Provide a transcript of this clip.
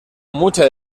mucha